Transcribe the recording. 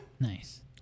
Nice